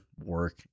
work